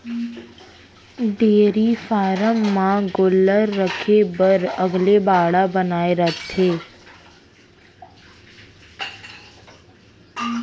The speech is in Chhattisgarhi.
डेयरी फारम म गोल्लर राखे बर अलगे बाड़ा बनाए रथें